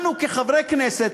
לנו כחברי הכנסת,